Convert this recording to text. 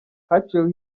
haciyeho